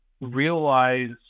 realize